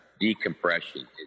decompression